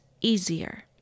easier